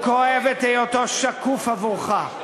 הוא כואב את היותו שקוף עבורך.